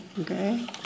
Okay